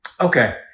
Okay